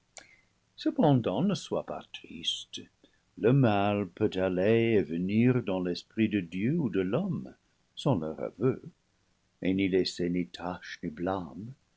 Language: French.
cependant ne sois pas triste le mal peut aller et venir dans l'esprit de dieu ou de l'homme sans leur aveu et n'y laisser ni tache ni blâme